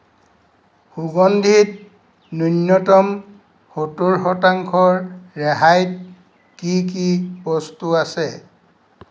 সুগন্ধিত ন্যূনতম সত্তৰ শতাংশৰ ৰেহাইত কি কি বস্তু আছে